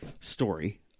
story